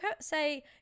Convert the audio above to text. say